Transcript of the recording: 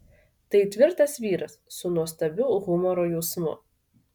tai tvirtas vyras su nuostabiu humoro jausmu